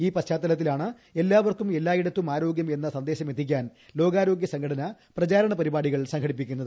ഈ പശ്ചാത്തലത്തിലാണ് എല്ലാ വർക്കും എല്ലായിടത്തും ആരോഗ്യം എന്ന സന്ദേശം എത്തി ക്കാൻ ലോകാരോഗ്യ സംഘടന പ്രചാരണ പരിപാടികൾ സംഘടി പ്പിക്കുന്നത്